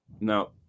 now